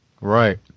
Right